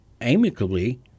amicably